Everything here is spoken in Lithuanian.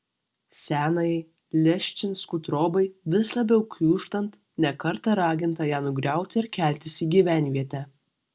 senajai leščinskų trobai vis labiau kiūžtant ne kartą raginta ją nugriauti ir keltis į gyvenvietę